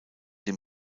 dem